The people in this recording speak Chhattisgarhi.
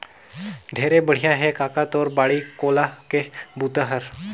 ढेरे बड़िया हे कका तोर बाड़ी कोला के बूता हर